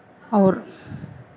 और